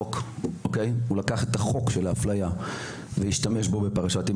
שהיא לדאוג שהחוקים שיחוקקו בבית הזה,